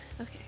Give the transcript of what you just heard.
okay